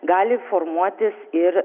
gali formuotis ir